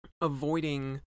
avoiding